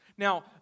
Now